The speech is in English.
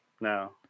no